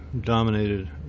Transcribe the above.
dominated